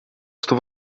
что